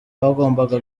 bagombaga